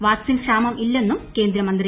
vaccine ക്ഷാമം ഇല്ലെന്നു് ം ്കേന്ദ്രമന്ത്രി